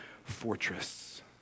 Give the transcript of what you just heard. fortress